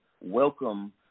welcome